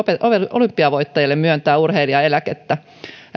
olympiavoittajille myöntää urheilijaeläkettä